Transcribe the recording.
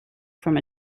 from